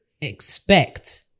expect